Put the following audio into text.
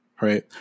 Right